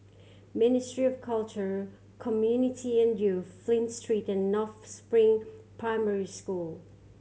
Ministry of Culture Community and Youth Flint Street and North Spring Primary School